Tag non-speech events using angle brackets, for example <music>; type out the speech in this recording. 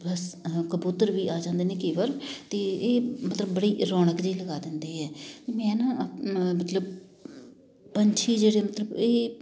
ਬਸ ਅਹ ਕਬੂਤਰ ਵੀ ਆ ਜਾਂਦੇ ਨੇ ਕਈ ਵਾਰ ਅਤੇ ਇਹ ਮਤਲਬ ਬੜੀ ਰੌਣਕ ਜਿਹੀ ਲਗਾ ਦਿੰਦੇ ਹੈ ਮੈਂ ਨਾ ਅ ਮਤਲਬ <unintelligible> ਪੰਛੀ ਜਿਹੜੇ ਮਤਲਬ ਇਹ